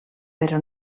però